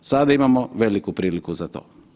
Sada imamo veliku priliku za to.